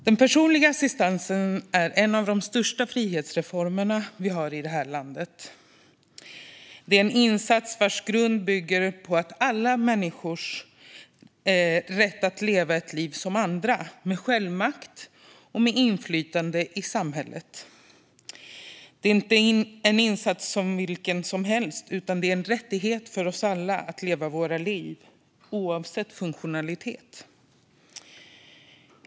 Den personliga assistansen är en av de största frihetsreformer vi har i det här landet. Det är en insats vars grund bygger på alla människors rätt att leva ett liv som andra med självmakt och med inflytande i samhället. Det är inte en insats som vilken som helst, utan det är en rättighet för oss alla att leva våra liv oavsett funktionalitet.